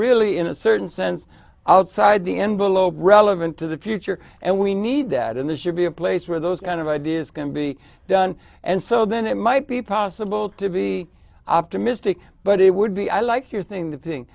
really in a certain sense outside the envelope relevant to the future and we need that and this should be a place where those kind of ideas can be done and so then it might be possible to be optimistic but it would be i like your thing t